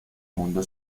mundo